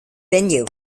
venue